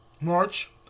March